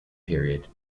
period